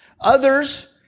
Others